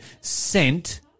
sent